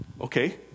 Okay